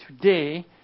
today